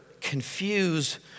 confuse